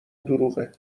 دروغه